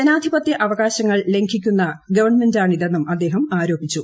ജനാധിപത്യ അവകാശങ്ങൾ ലംഘിക്കുന്ന ഗവൺമെന്റാണിതെന്നും അദ്ദേഹം ആരോപിച്ചു